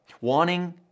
wanting